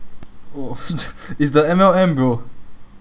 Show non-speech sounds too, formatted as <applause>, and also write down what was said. oh <laughs> it's the M_L_M bro